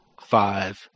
five